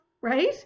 right